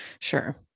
sure